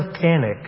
panic